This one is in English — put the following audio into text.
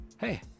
hey